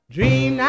Dream